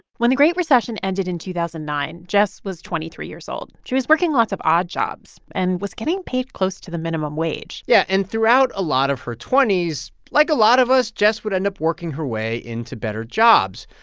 when the great recession ended in two thousand and nine, jess was twenty three years old. she was working lots of odd jobs and was getting paid close to the minimum wage yeah. and throughout a lot of her twenty s, like a lot of us, jess would end up working her way into better jobs.